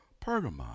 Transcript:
Pergamon